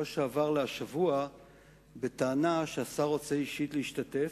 שעבר לשבוע זה בטענה שהשר רוצה אישית להשתתף,